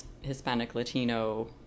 Hispanic-Latino